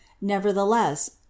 Nevertheless